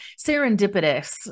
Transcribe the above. serendipitous